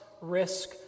risk